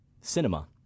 cinema